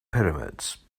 pyramids